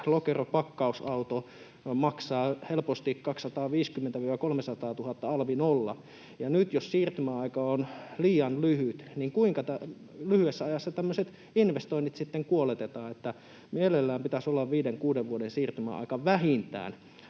Lokeropakkausauto maksaa helposti 250 000–300 000 euroa, alvi nolla, ja nyt jos siirtymäaika on liian lyhyt, niin kuinka lyhyessä ajassa tämmöiset investoinnit sitten kuoletetaan? Mielellään pitäisi olla 5—6 vuoden siirtymäaika — vähintään